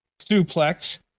suplex